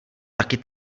taky